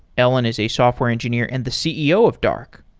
ellen is a software engineer and the ceo of dark.